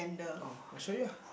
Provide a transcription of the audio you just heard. oh I show you ah